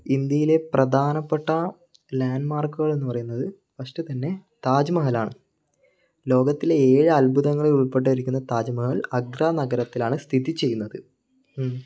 ഇന്ത്യയിലെ പ്രധാനപ്പെട്ട ലാൻ്റ്മാർക്കുകളെന്നു പറയുന്നത് ഫസ്റ്റ് തന്നെ താജ്മഹലാണ് ലോകത്തിലെ ഏഴ് അത്ഭുതങ്ങളിൽ ഉൾപ്പെട്ടിരിക്കുന്ന താജ്മഹൽ ആഗ്ര നഗരത്തിലാണ് സ്ഥിതിചെയ്യുന്നത്